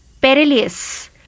Perilous